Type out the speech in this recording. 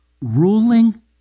ruling